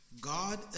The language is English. God